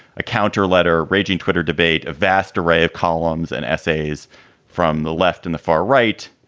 a counter letter, raging twitter debate, a vast array of columns and essays from the left and the far right.